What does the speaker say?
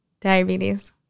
diabetes